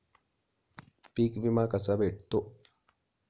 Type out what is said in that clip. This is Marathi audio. पीक विमा कसा भेटतो?